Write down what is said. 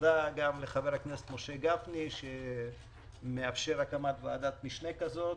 תודה גם לחבר כנסת משה גפני שמאפשר הקמת ועדת משנה כזאת.